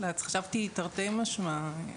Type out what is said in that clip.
חשבתי שתרתי משמע.